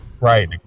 right